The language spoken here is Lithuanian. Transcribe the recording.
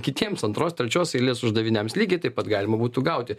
kitiems antros trečios eilės uždaviniams lygiai taip pat galima būtų gauti